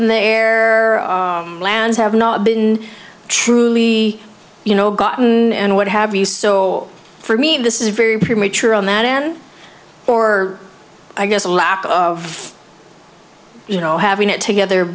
in the air lands have not been truly you know gotten and what have you so for me this is very premature a madman or i guess a lack of you know having it together